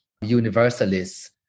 universalists